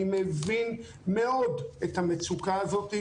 ואני מבין מאוד את המצוקה הזאת,